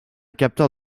capteur